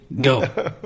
Go